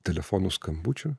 telefonų skambučių